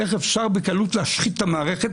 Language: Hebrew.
איך אפשר בקלות להשחית את המערכת,